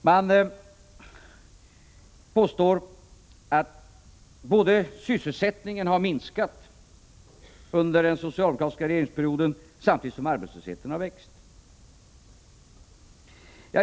Man påstår att sysselsättningen har minskat under den socialdemokratiska regeringsperioden samtidigt som arbetslösheten har växt.